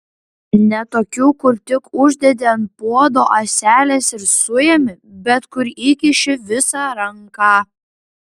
ne tokių kur tik uždedi ant puodo ąselės ir suimi bet kur įkiši visą ranką